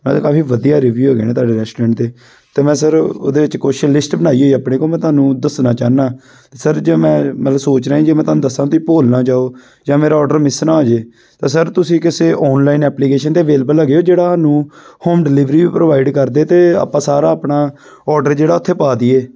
ਨਾਲੇ ਕਾਫ਼ੀ ਵਧੀਆ ਰੀਵੀਊ ਹੈਗਾ ਨਾ ਤੁਹਾਡੇ ਰੈਸਟੋਰੈਂਟ ਦੇ ਅਤੇ ਮੈਂ ਸਰ ਉਹਦੇ ਵਿੱਚ ਕੁਛ ਲਿਸਟ ਬਣਾਈ ਹੈ ਆਪਣੇ ਕੋਲ ਮੈਂ ਤੁਹਾਨੂੰ ਦੱਸਣਾ ਚਾਹੁੰਦਾ ਸਰ ਜੇ ਮੈਂ ਮਤਲਬ ਸੋਚ ਰਿਹਾ ਜੇ ਮੈਂ ਤੁਹਾਨੂੰ ਦੱਸਾਂ ਤਾਂ ਭੁੱਲ ਨਾ ਜਾਓ ਜਾਂ ਮੇਰਾ ਔਡਰ ਮਿਸ ਨਾ ਹੋਜੇ ਤਾਂ ਸਰ ਤੁਸੀਂ ਕਿਸੇ ਔਨਲਾਈਨ ਐਪਲੀਕੇਸ਼ਨ 'ਤੇ ਅਵੇਲੇਬਲ ਹੈਗੇ ਹੋ ਜਿਹੜਾ ਸਾਨੂੰ ਹੋਮ ਡਿਲੀਵਰੀ ਵੀ ਪ੍ਰੋਵਾਈਡ ਕਰਦੇ ਅਤੇ ਆਪਾਂ ਸਾਰਾ ਆਪਣਾ ਔਡਰ ਜਿਹੜਾ ਉੱਥੇ ਪਾ ਦੀਏ